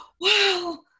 wow